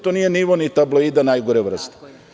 To nije nivo tabloida najgore vrste.